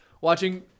watching